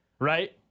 Right